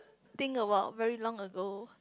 think about very long ago